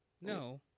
No